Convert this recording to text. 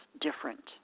different